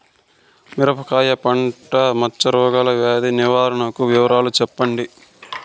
మిరపకాయ పంట మచ్చ రోగాల వ్యాధి నివారణ వివరాలు చెప్పండి?